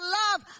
love